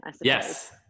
Yes